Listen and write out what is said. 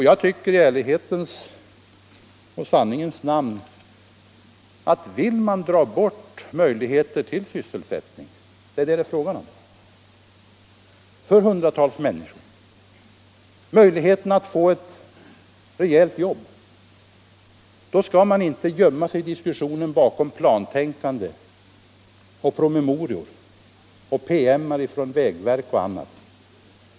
Jag tycker i ärlighetens och sanningens namn att vill man dra bort möjligheter till sysselsättning — det är det det är fråga om — för hundratals människor, möjligheter att få ett rejält jobb, då skall man inte gömma sig i diskussionen bakom plantänkande, promemorior från vägverket osv.